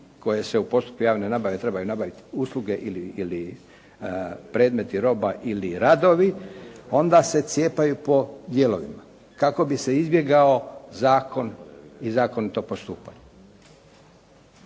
koje se u postupku javne nabave trebaju nabaviti, usluge ili, ili predmeti roba ili radovi. Onda se cijepaju po dijelovima kako bi se izbjegao zakon i zakonito postupanje.